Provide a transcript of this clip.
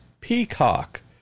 Peacock